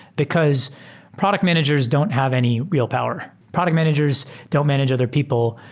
because product managers don't have any real power. product managers don't manage other people.